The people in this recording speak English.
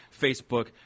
Facebook